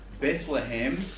Bethlehem